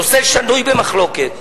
נושא שנוי במחלוקת,